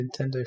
Nintendo